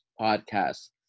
podcast